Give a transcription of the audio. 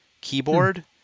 keyboard